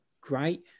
great